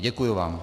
Děkuji vám.